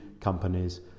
companies